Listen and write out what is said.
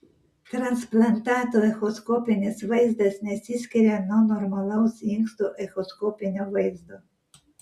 transplantato echoskopinis vaizdas nesiskiria nuo normalaus inksto echoskopinio vaizdo